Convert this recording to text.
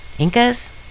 Incas